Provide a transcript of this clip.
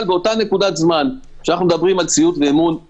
אבל בנקודת הזמן שבה אנחנו מדברים על ציות ואמון,